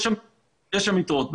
יש שם יתרות.